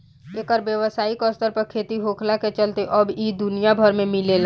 एकर व्यावसायिक स्तर पर खेती होखला के चलते अब इ दुनिया भर में मिलेला